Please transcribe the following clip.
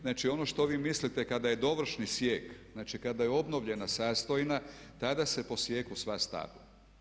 Znači, ono što vi mislite kada je dovršni sijek, znači kada je obnovljena sastojna tada se posijeku sva stabla.